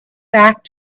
back